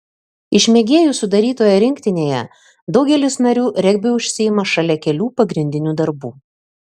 iš mėgėjų sudarytoje rinktinėje daugelis narių regbiu užsiima šalia kelių pagrindinių darbų